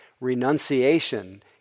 renunciation